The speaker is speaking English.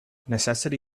necessity